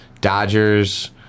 Dodgers